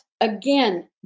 again